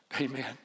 Amen